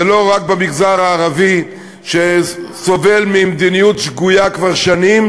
זה לא רק במגזר הערבי שסובל ממדיניות שגויה כבר שנים.